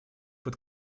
под